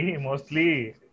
mostly